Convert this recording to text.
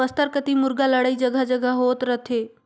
बस्तर कति मुरगा लड़ई जघा जघा होत रथे